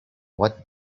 what